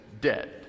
dead